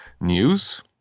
news